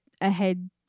ahead